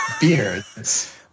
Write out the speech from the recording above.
beards